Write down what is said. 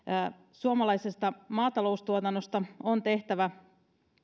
suomalaisesta maataloustuotannosta on tehtävä